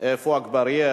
זבולון אורלב.